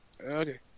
Okay